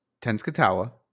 Tenskatawa